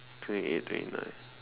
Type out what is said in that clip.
twenty eight twenty nine